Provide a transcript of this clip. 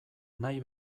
nahi